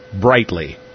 brightly